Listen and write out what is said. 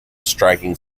striking